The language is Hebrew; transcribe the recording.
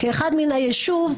לאחד מן היישוב,